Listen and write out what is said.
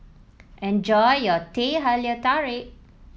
enjoy your Teh Halia Tarik